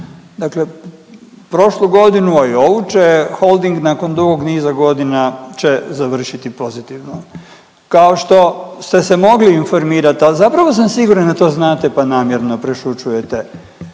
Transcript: dakle prošlu godinu, a i ovu će Holding nakon dugog niza godina će završiti pozitivno. Kao što ste se mogli informirat, a zapravo sam siguran da to znate, pa namjerno prešućujete.